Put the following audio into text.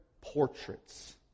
portraits